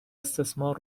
استثمار